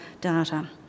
data